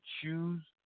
choose